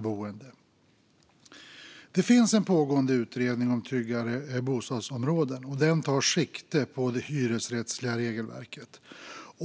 brott. Det finns en pågående utredning om tryggare bostadsområden, och den tar sikte på det hyresrättsliga regelverket.